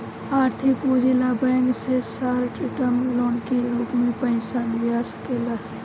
आर्थिक पूंजी ला बैंक से शॉर्ट टर्म लोन के रूप में पयिसा लिया सकेला